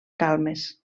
calmes